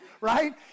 Right